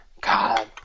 God